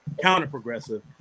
counter-progressive